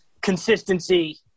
Consistency